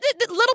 Little